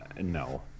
No